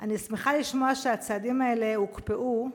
אני שמחה לשמוע שהצעדים האלה הוקפאו.